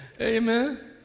Amen